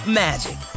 magic